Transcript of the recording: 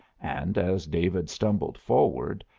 and, as david stumbled forward,